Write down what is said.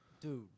Dude